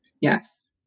Yes